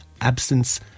absence